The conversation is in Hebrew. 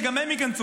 שגם הם ייכנסו.